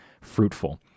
fruitful